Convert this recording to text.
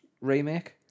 remake